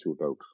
shootout